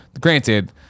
Granted